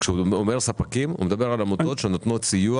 כאשר הוא אומר "ספקים" הוא מדבר על עמותות שנותנות סיוע.